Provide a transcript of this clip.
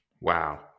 Wow